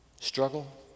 struggle